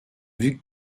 vit